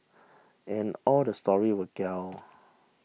and all the story were gelled